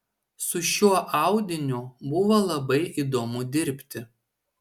su šiuo audiniu buvo labai įdomu dirbti